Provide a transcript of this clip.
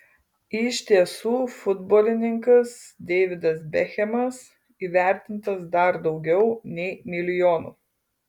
iš tiesų futbolininkas deividas bekhemas įvertintas dar daugiau nei milijonu